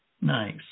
Nice